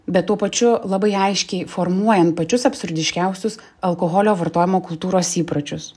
bet tuo pačiu labai aiškiai formuojant pačius absurdiškiausius alkoholio vartojimo kultūros įpročius